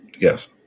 Yes